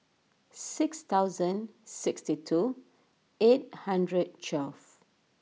six thousand sixty two eight hundred twelve